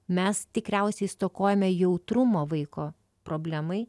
mes tikriausiai stokojame jautrumo vaiko problemai